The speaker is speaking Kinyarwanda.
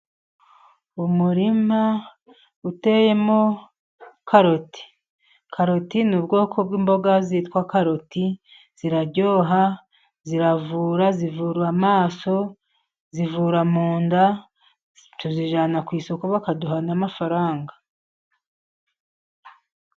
Umurima uteyemo karoti. Karoti ni ubwoko bw'imboga zitwa karoti, ziraryoha, ziravura, zivura amaso, zivura mu nda, tuzijyana ku isoko bakaduha n'amafaranga.